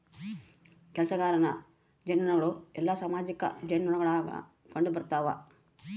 ಕೆಲಸಗಾರ ಜೇನುನೊಣಗಳು ಎಲ್ಲಾ ಸಾಮಾಜಿಕ ಜೇನುನೊಣಗುಳಾಗ ಕಂಡುಬರುತವ